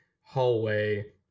hallway